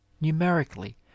numerically